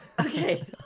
Okay